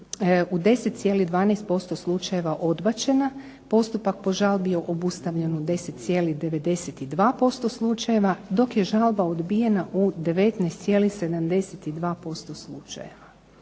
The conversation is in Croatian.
u 10,12% slučajeva odbačena. Postupak po žalbi je obustavljen u 10,92% slučajeva dok je žalba odbijena u 19,72% slučajeva.